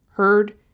Heard